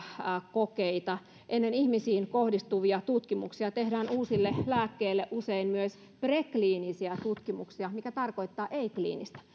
kokeita ennen ihmisiin kohdistuvia tutkimuksia tehdään uusille lääkkeille usein myös prekliinisiä tutkimuksia mikä tarkoittaa ei kliinistä